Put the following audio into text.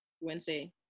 Wednesday